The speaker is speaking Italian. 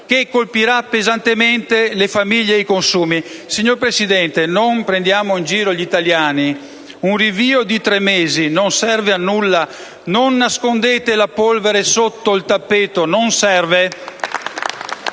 che colpirà pesantemente le famiglie e i consumi. Signor Presidente, non prendiamo in giro gli italiani. Un rinvio di tre mesi non serve a nulla. Non nascondete la polvere sotto il tappeto: non serve.